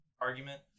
argument